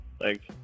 Thanks